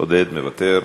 עודד מוותר.